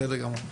בסדר גמור.